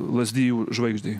lazdijų žvaigždei